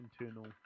internal